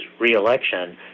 reelection